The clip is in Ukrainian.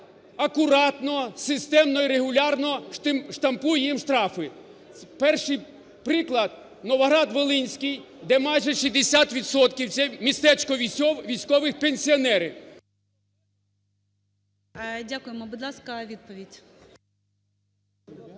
акуратно, системно і регулярно штампує їм штрафи. Перший приклад, Новоград-Волинський, де майже 60 відсотків, це містечко військових пенсіонерів… ГОЛОВУЮЧИЙ. Будь ласка, відповідь.